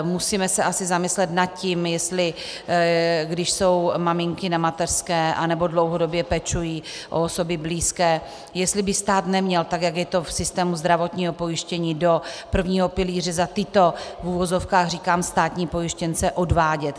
Musíme se asi zamyslet nad tím, jestli když jsou maminky na mateřské nebo dlouhodobě pečují o osoby blízké, jestli by stát neměl tak, jak je to v systému zdravotního pojištění, do prvního pilíře za tyto, v uvozovkách říkám, státní pojištěnce odvádět.